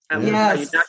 Yes